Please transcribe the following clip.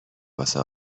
واسه